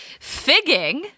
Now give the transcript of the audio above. figging